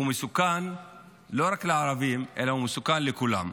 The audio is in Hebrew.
הוא מסוכן לא רק לערבים, אלא הוא מסוכן לכולם.